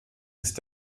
ist